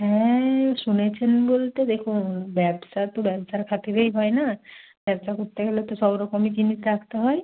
হ্যাঁ শুনেছেন বলতে দেখুন ব্যবসা তো ব্যবসার খাতিরেই হয় না ব্যবসা করতে গেলে তো সব রকমই জিনিস রাখতে হয়